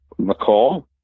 McCall